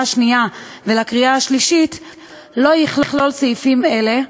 שנייה ולקריאה שלישית לא יכלול סעיפים אלה.